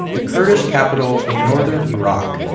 the kurdish capital in northern iraq